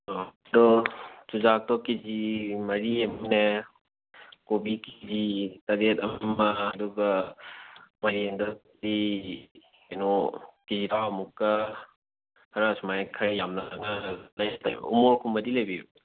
ꯑꯥ ꯑꯗꯣ ꯆꯨꯖꯥꯛꯇꯣ ꯀꯦꯖꯤ ꯃꯔꯤ ꯑꯃꯅꯦ ꯀꯣꯕꯤ ꯀꯦꯖꯤ ꯇꯔꯦꯠ ꯑꯃ ꯑꯗꯨꯒ ꯃꯥꯏꯔꯦꯟꯗꯣ ꯀꯦꯖꯤ ꯀꯩꯅꯣ ꯀꯦꯖꯤ ꯇꯔꯥꯃꯨꯛꯀ ꯈꯔ ꯁꯨꯃꯥꯏꯅ ꯈꯔ ꯌꯥꯝꯂꯞꯅ ꯎ ꯃꯣꯔꯣꯛꯀꯨꯝꯕꯗꯤ ꯂꯩꯕꯤꯕ꯭ꯔꯥ